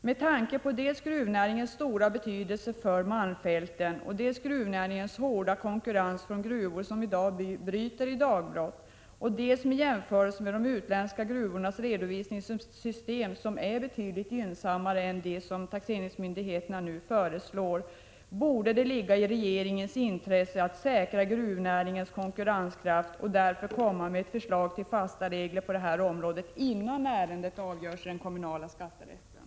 Med tanke på dels gruvnäringens stora betydelse för malmfälten, dels gruvnäringens hårda konkurrens från gruvor som i dag bryter i dagbrott samt dels jämförelsen med utländska gruvbolags redovisningssystem, som är betydligt gynnsammare än det som taxeringsmyndigheterna nu föreslår, borde det ligga i regeringens intresse att säkra gruvnäringens konkurrenskraft och därför komma med ett förslag till fasta regler på detta område, innan ärendet avgörs i mellankommunala skatterätten.